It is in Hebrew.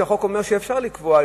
החוק אומר שאפשר לקבוע,